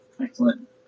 Excellent